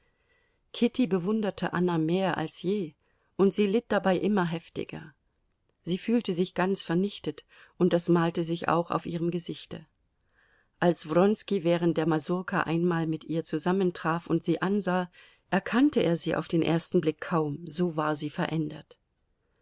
kitty bewunderte anna mehr als je und sie litt dabei immer heftiger sie fühlte sich ganz vernichtet und das malte sich auch auf ihrem gesichte als wronski während der masurka einmal mit ihr zusammentraf und sie ansah erkannte er sie auf den ersten blick kaum so war sie verändert